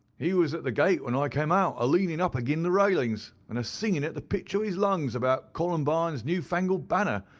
he was at the gate when i came out, a-leanin' up agin the railings, and a-singin' at the pitch o' his lungs about columbine's new-fangled banner,